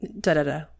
da-da-da